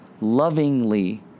lovingly